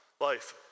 Life